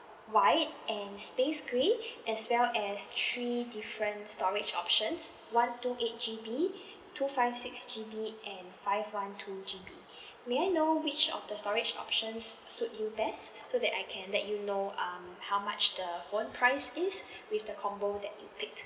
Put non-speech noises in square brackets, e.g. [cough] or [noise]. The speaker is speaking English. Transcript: white and space grey as well as three different storage options one two eight G_B two five six G_B and five one two G_B [breath] may I know which of the storage options suit you best so that I can let you know um how much the phone price is [breath] with the combo that you pick